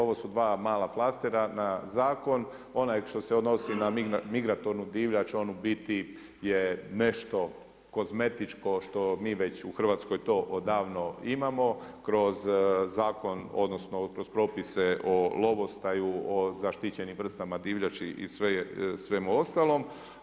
Ovo su dva mala flastera na zakon, onaj što se odnosi na migratornu divljač on u biti je nešto kozmetičko što mi već u Hrvatskoj to odavno imamo kroz zakon, odnosno kroz propise o lovostaju o zaštićenim vrstama divljači i svemu ostalom.